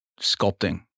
sculpting